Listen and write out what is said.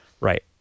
right